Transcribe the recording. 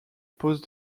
pose